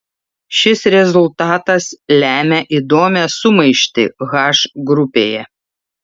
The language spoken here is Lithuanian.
šis rezultatas lemia įdomią sumaištį h grupėje